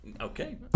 Okay